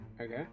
Okay